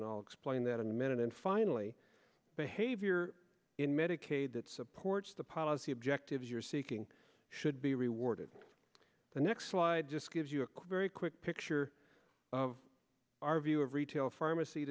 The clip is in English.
and all explain that a minute and finally behavior in medicaid that supports the policy objectives you're seeking should be rewarded the next slide just gives you a very quick picture of our view of retail pharmacy